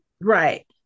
Right